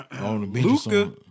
Luca